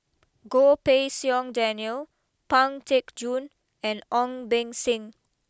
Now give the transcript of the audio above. Goh Pei Siong Daniel Pang Teck Joon and Ong Beng Seng